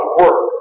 work